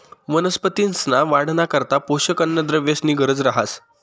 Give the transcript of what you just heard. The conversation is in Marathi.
वनस्पतींसना वाढना करता पोषक अन्नद्रव्येसनी गरज रहास